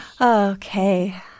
okay